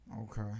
Okay